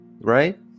right